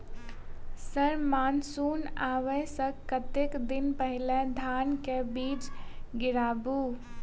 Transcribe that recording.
Sir monsoon आबै सऽ कतेक दिन पहिने धान केँ बीज गिराबू?